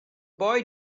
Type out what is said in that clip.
boy